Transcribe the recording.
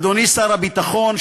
אדוני שר הביטחון,